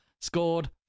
scored